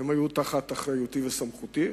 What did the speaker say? הן היו תחת אחריותי וסמכותי,